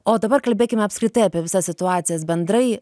o dabar kalbėkime apskritai apie visas situacijas bendrai